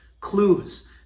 clues